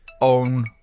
own